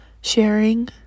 sharing